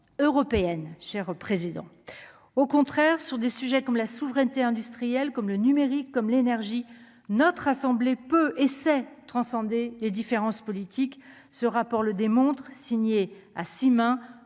européenne cher président, au contraire, sur des sujets comme la souveraineté industrielle comme le numérique comme l'énergie notre assemblée peut et sait transcender les différences politiques ce rapport le démontre, signé à mains,